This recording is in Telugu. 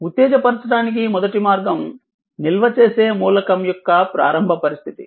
ఉత్తేజపరచడానికి మొదటి మార్గం నిల్వ చేసే మూలకం యొక్క ప్రారంభ పరిస్థితి